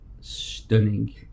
stunning